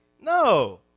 No